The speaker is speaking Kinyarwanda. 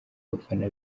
abafana